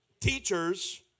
teachers